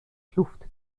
kluft